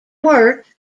work